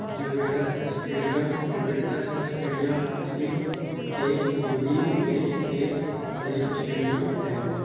Juventus stadium Italy के Turin में एक खेल स्टेडियम है